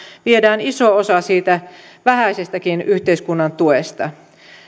viedään iso osa siitä vähäisestäkin yhteiskunnan tuesta